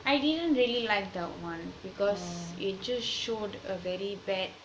I didn't really like that one because it just showed a very bad